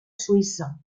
suïssa